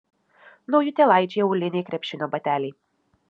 naujutėlaičiai auliniai krepšinio bateliai